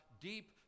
deep